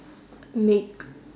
meek